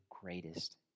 greatest